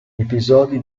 episodi